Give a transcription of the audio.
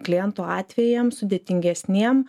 klientų atvejam sudėtingesniem